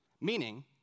Meaning